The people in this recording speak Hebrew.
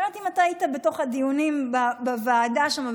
אני לא יודעת אם אתה היית בתוך הדיונים בוועדה שם,